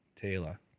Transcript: Taylor